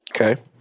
Okay